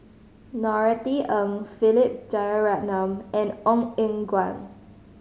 Norothy Ng Philip Jeyaretnam and Ong Eng Guan